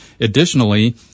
Additionally